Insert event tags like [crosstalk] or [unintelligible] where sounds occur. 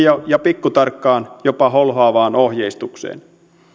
[unintelligible] ja ja pikkutarkkaan jopa holhoavaan ohjeistukseen